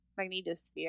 magnetosphere